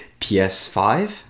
ps5